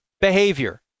behavior